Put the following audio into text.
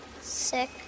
sick